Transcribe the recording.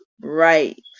right